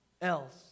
else